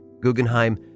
Guggenheim